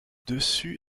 dessus